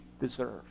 deserve